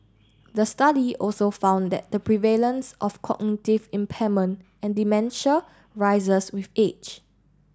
the study also found that the prevalence of cognitive impairment and dementia rises with age